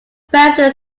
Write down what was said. preston